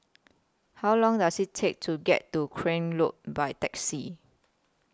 How Long Does IT Take to get to Craig Road By Taxi